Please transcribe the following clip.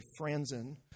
Franzen